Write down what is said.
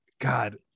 god